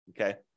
okay